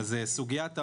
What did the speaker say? סוגיית העוני,